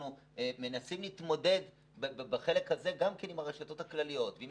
אנחנו מנסים להתמודד בחלק הזה גם עם הרשתות הכלליות ועם